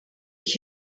ich